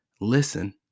listen